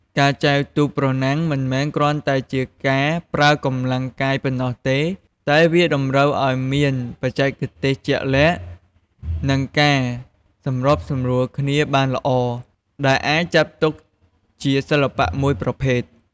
ការចែវទូកប្រណាំងមិនមែនគ្រាន់តែជាការប្រើកម្លាំងកាយប៉ុណ្ណោះទេ តែវាតម្រូវឱ្យមានបច្ចេកទេសជាក់លាក់ និងការសម្របសម្រួលគ្នាបានល្អ ដែលអាចចាត់ទុកជាសិល្បៈមួយប្រភេទ។